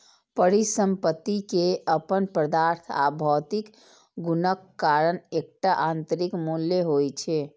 परिसंपत्ति के अपन पदार्थ आ भौतिक गुणक कारण एकटा आंतरिक मूल्य होइ छै